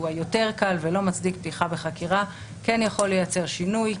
היותר קל ולא מצדיק פתיחה בחקירה זה כן יכול לייצר שינוי,